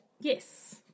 Yes